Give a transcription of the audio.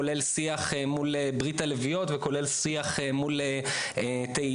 כולל שיח מול ברית הלביאות וכולל שיח אל מול תהל"ה,